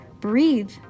breathe